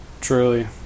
Truly